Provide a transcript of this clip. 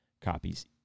copies